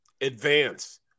advance